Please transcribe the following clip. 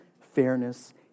fairness